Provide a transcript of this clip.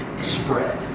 spread